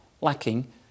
lacking